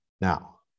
Now